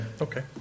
okay